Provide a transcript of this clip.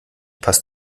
passt